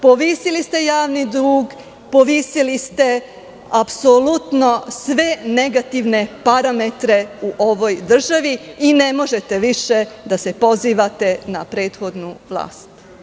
Povisili ste javni dug, povisili ste apsolutno sve negativne parametre u ovoj državi i ne možete više da se pozivate na prethodnu vlast.